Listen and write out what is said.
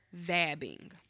vabbing